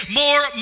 more